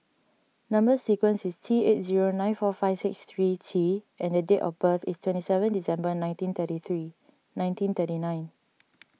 Number Sequence is T eight zero nine four five six three T and date of birth is twenty seven December nineteen thirty three nineteen thirty nine